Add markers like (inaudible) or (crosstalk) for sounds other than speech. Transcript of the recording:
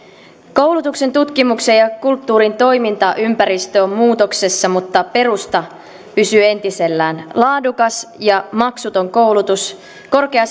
koulutuksen tutkimuksen ja kulttuurin toimintaympäristö on muutoksessa mutta perusta pysyy entisellään laadukas ja maksuton koulutus korkea (unintelligible)